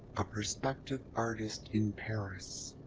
a prospective artist in paris.